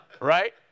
Right